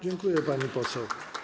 Dziękuję, pani poseł.